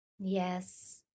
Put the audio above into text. Yes